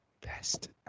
best